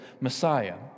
Messiah